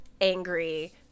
angry